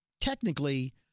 Technically